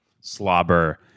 slobber